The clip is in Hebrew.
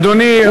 אדוני,